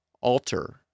alter